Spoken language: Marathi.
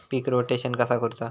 पीक रोटेशन कसा करूचा?